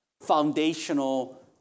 foundational